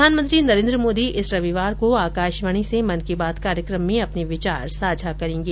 प्रधानमंत्री नरेन्द्र मोदी इस रविवार को आकाशवाणी से मन की बात कार्यक्रम में अपने विचार साझा करेंगे